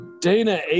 Dana